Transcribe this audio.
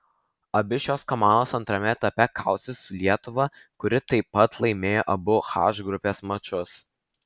abi šios komandos antrame etape kausis su lietuva kuri taip pat laimėjo abu h grupės mačus